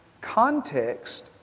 context